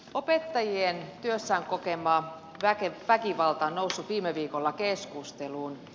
opettajien työssään kokema väkivalta on noussut viime viikolla keskusteluun